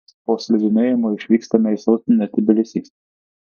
po slidinėjimo išvykstame į sostinę tbilisį